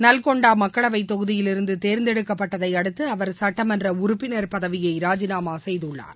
நல்கொண்டாமக்களவைத் தொகுதியிலிருந்துதேர்ந்தெடுக்கப்பட்டதைஅடுத்துஅவர் சட்டமன்றஉறுப்பினர் பதவியைராஜிநாமாசெய்துள்ளார்